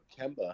Kemba